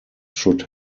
should